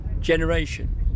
generation